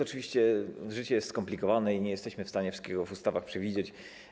Oczywiście życie jest skomplikowane i nie jesteśmy w stanie wszystkiego w ustawach przewidzieć.